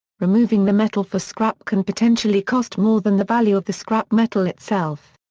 removing the metal for scrap can potentially cost more than the value of the scrap metal itself.